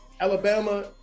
Alabama